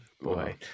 Boy